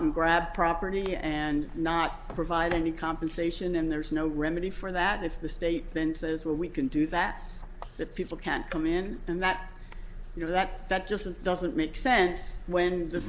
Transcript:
and grab property and not provide any compensation and there's no remedy for that if the state then says well we can do that that people can't come in and that you know that that just doesn't make sense when the